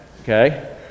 Okay